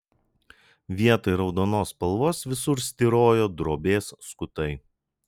vietoj raudonos spalvos visur styrojo drobės skutai